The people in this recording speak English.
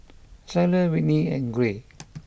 Zaire Whitney and Gray